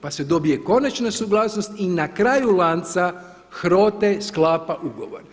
Pa se dobije konačna suglasnost i na kraju lanca HROT-e sklapa ugovor.